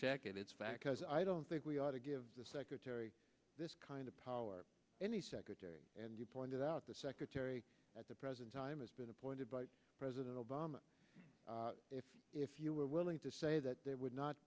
check it it's fact i don't think we ought to give the secretary this kind of power any secretary and you pointed out the secretary at the present time has been appointed by president obama if you were willing to say that would not